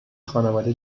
خونواده